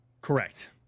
Correct